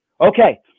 okay